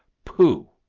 pooh!